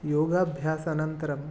योगाभ्यासानन्तरं